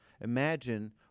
Imagine